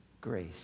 grace